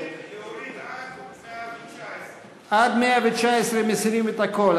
להוריד עד 119. עד סעיף 119 מסירים את הכול.